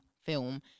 film